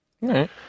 right